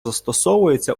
застосовується